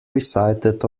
recited